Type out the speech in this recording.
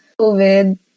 COVID